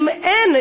אם אין,